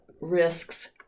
risks